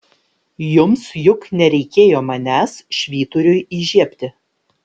jums juk nereikėjo manęs švyturiui įžiebti